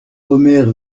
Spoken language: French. omer